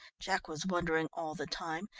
jack was wondering all the time,